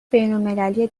بینالمللی